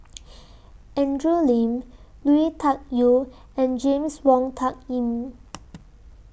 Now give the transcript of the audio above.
Andrew Lee Lui Tuck Yew and James Wong Tuck Yim